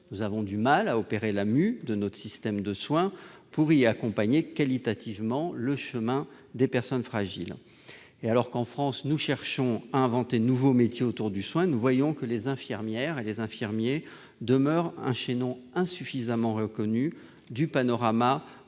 Nous avons du mal à opérer la mue de notre système de soins pour accompagner qualitativement le cheminement des personnes fragiles. Alors que, en France, nous cherchons à inventer de nouveaux métiers autour du soin, nous voyons que les infirmières demeurent un chaînon insuffisamment reconnu du panorama